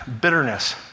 bitterness